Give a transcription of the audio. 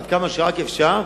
עד כמה שרק אפשר,